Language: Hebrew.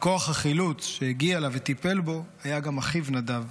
בכוח החילוץ שהגיע אליו וטיפל בו היה גם אחיו נדב,